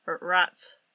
rats